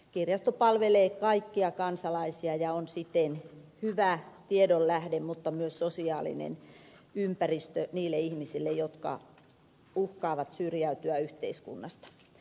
kirjasto palvelee kaikkia kansalaisia ja on siten hyvä tiedonlähde mutta myös sosiaalinen ympäristö niille ihmisille jotka uhkaavat syrjäytyä yhteiskunnasta